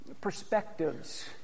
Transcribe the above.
Perspectives